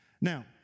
Now